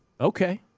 Okay